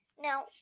Now